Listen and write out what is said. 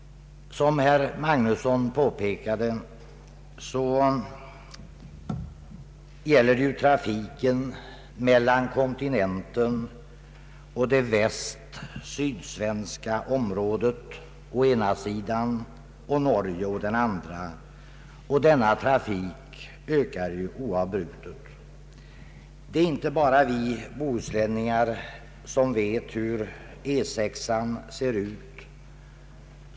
Som herr Magnusson påpekat, gäller det här trafiken mellan kontinenten och det västsydsvenska området å ena sidan och Norge å andra sidan, och denna trafik ökar ju oavbrutet. Det är inte bara vi bohuslänningar som vet hur E 6 ser ut.